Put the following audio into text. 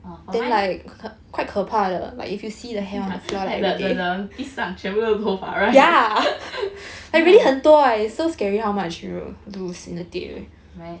for mine ya like the the the 地上全部都头发 right right